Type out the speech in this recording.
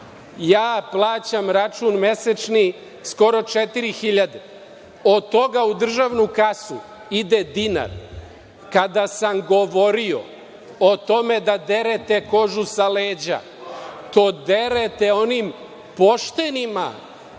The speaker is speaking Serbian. ja plaćam račun mesečni skoro 4.000, od toga u državnu kasu ide dinar. Kada sam govorio o tome da derete kožu sa leđa, to derete onim poštenima